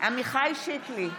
עמיחי שיקלי,